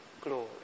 Glory